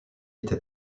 était